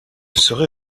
serai